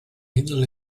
middle